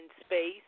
space